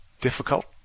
difficult